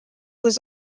was